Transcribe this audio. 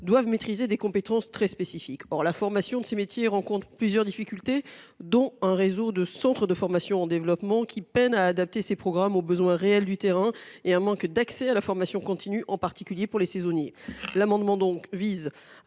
doivent maîtriser des compétences très spécifiques. Or la formation à ces métiers se heurte à plusieurs difficultés. Ainsi, le réseau de centres de formation, qui est en développement, peine à adapter ses programmes aux besoins réels du terrain. On déplore de ce fait un manque d’accès à la formation continue, en particulier pour les saisonniers. Notre amendement vise